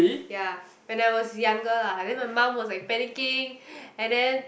ya when I was younger lah then my mum was like panicking and then